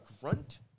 grunt